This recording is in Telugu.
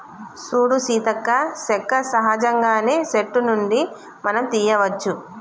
సూడు సీతక్క సెక్క సహజంగానే సెట్టు నుండి మనం తీయ్యవచ్చు